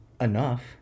enough